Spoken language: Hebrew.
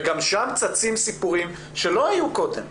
וגם שם צצים סיפורים שלא היו קודם,